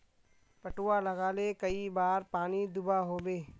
पटवा लगाले कई बार पानी दुबा होबे?